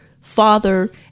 father